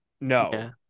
No